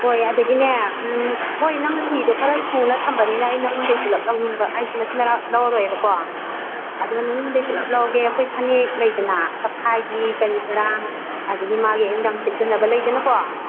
ꯍꯣꯏ ꯑꯗꯒꯤꯅꯦ ꯍꯣꯏ ꯅꯪꯅ ꯐꯤꯗꯣ ꯈꯔ ꯁꯨꯅ ꯊꯝꯕꯅꯤꯅ ꯑꯩ ꯅꯉꯣꯟꯗꯩ ꯄꯨꯂꯞ ꯂꯧꯅꯤꯡꯕ ꯍꯥꯏꯗꯤ ꯃꯆꯤꯠ ꯃꯌꯥ ꯂꯧꯔꯔꯣꯏꯕꯀꯣ ꯑꯗꯨꯝ ꯅꯉꯣꯟꯗꯩ ꯄꯨꯂꯞ ꯂꯧꯒꯦ ꯑꯩꯈꯣꯏ ꯐꯅꯦꯛ ꯂꯨꯗꯅ ꯆꯞꯈꯥꯏꯕꯤ ꯀꯔꯤ ꯀꯔꯥ ꯑꯗꯒꯤ ꯃꯥꯒꯤ ꯑꯌꯨꯛ ꯅꯨꯡꯗꯥꯡ ꯁꯦꯠꯆꯅꯕ ꯂꯩꯗꯅꯀꯣ